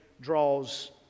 draws